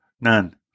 none